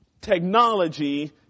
technology